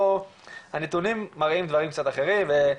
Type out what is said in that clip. הנתונים מראים דברים קצת אחרים,